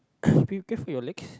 be careful your legs